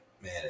man